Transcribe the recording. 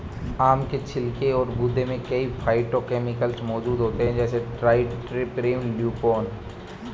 आम के छिलके और गूदे में कई फाइटोकेमिकल्स मौजूद होते हैं, जैसे ट्राइटरपीन, ल्यूपोल